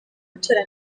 yagira